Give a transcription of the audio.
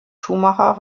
schumacher